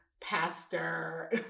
pastor